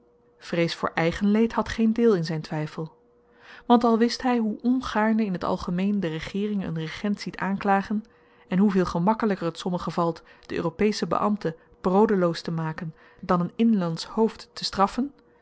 vrees voor eigen leed had geen deel in zyn twyfel want al wist hy hoe ongaarne in t algemeen de regeering een regent ziet aanklagen en hoeveel gemakkelyker t sommigen valt den europeschen beambte broodeloos te maken dan een inlandsch hoofd te straffen